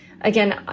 Again